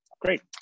Great